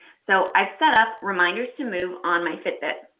so i've set up reminders to move on my fitbit.